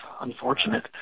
unfortunate